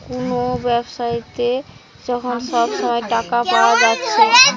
কুনো ব্যাবসাতে যখন সব সময় টাকা পায়া যাচ্ছে